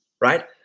right